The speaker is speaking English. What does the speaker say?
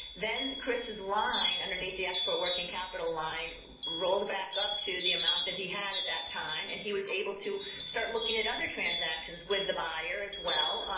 then, chris' line underneath the export working capital line rolled back up to the amount that he had at that time, and he was able to start looking at other transactions with the buyer as well,